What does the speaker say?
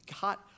got